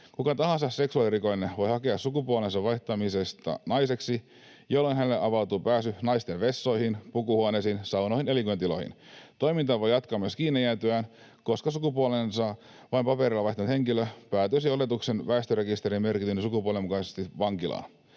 Kuka tahansa seksuaalirikollinen voi hakea sukupuolensa vaihtamista naiseksi, jolloin hänelle avautuu pääsy naisten vessoihin, pukuhuoneisiin, saunoihin ja liikuntatiloihin. Toimintaa voi jatkaa myös kiinni jäätyään, koska sukupuolensa vain paperilla vaihtanut henkilö päätyisi vankilaan väestörekisteriin merkityn sukupuolen mukaisesti. Ainakin